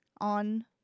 on